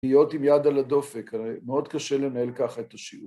להיות עם יד על הדופק, הרי מאוד קשה לנהל ככה את השיעור.